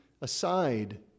aside